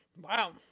Wow